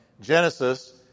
Genesis